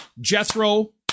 Jethro